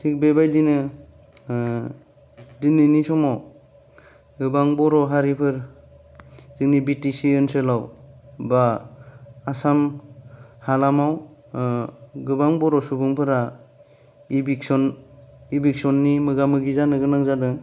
जों बे बाइदिनो दिनैनि समाव गोबां बर हारिफोर जोंनि बि टि सि ओनसोलाव बा आसाम हालामाव गोबां बर सुबुंफोरा इभिकसन इभिकसननि मोगा मोगि जानो गोनां जादों